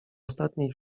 ostatniej